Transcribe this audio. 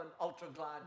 ultra-glide